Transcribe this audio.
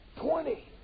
twenty